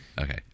Okay